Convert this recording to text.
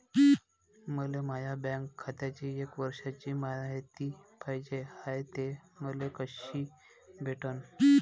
मले माया बँक खात्याची एक वर्षाची मायती पाहिजे हाय, ते मले कसी भेटनं?